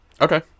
okay